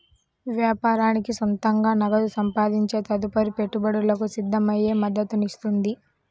వ్యాపారానికి సొంతంగా నగదు సంపాదించే తదుపరి పెట్టుబడులకు సిద్ధమయ్యే మద్దతునిస్తుంది